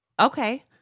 Okay